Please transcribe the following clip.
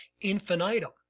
infinitum